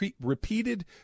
repeated